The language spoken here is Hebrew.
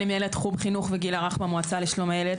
אני מנהלת חינוך לגיל הרך במועצה לשלום הילד,